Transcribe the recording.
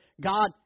God